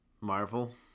marvel